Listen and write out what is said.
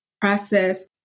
process